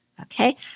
Okay